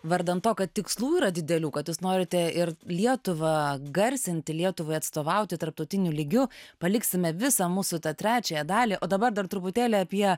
vardan to kad tikslų yra didelių kad jūs norite ir lietuvą garsinti lietuvai atstovauti tarptautiniu lygiu paliksime visą mūsų tą trečiąją dalį o dabar dar truputėlį apie